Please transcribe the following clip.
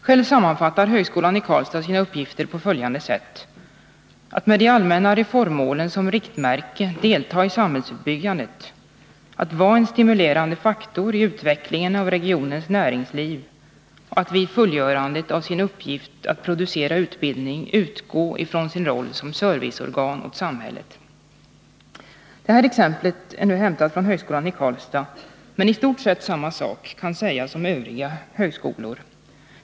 Själv sammanfattar högskolan i Karlstad sina uppgifter på följande sätt: att med de allmänna reformmålen som riktmärke delta i samhällsutbyggandet, att vara en stimulerande faktor i utvecklingen av regionens näringsliv, att vid fullgörandet av sin uppgift att producera utbildning utgå från sin roll som serviceorgan åt samhället. Exemplet är hämtat från högskolan i Karlstad, men i stort sett samma sak kan sägas om övriga högskolor.